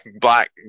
black